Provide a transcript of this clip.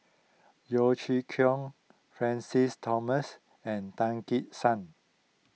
Yeo Chee Kiong Francis Thomas and Tan Gek Suan